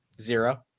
zero